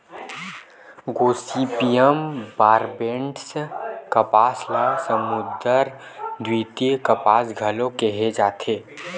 Gossypium barbadense कपास ल समुद्दर द्वितीय कपास घलो केहे जाथे